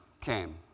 came